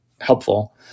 helpful